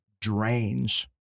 drains